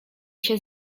się